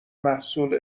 محصول